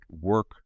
work